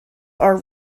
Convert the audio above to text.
are